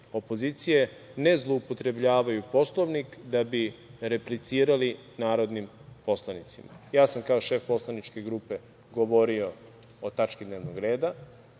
opozicije, ne zloupotrebljavaju Poslovnik da bi replicirali narodnim poslanicima. Ja sam kao šef poslaničke grupe govorio o tački dnevnog reda,